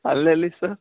ಅಲ್ಲಿ ಎಲ್ಲಿ ಸರ್